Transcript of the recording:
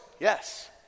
Yes